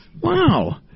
Wow